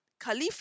Caliph